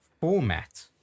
format